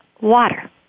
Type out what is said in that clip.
Water